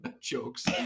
jokes